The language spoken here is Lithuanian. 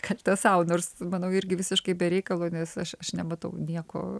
kaltę sau nors manau irgi visiškai be reikalo nes aš aš nematau nieko